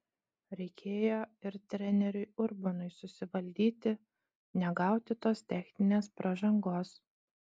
reikėjo ir treneriui urbonui susivaldyti negauti tos techninės pražangos